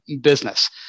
business